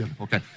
okay